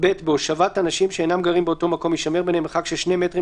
(ב)בהושבת אנשים שאינם גרים באותו מקום יישמר ביניהם מרחק של 2 מטרים,